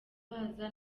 baza